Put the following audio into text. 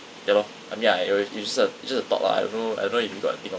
ya lor I mean I it was it's just a it's just a thought lah I don't know I don't know if you got you know